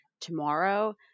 tomorrow